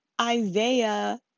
Isaiah